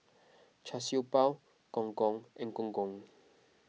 Char Siew Bao Gong Gong and Gong Gong